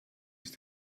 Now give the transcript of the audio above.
ist